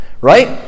right